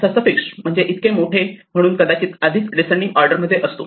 असा सफिक्स म्हणजे इतके मोठे म्हणून कदाचित आधीच डीसेंडिंग ऑर्डर मध्ये असतो